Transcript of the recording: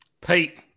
Pete